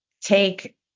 take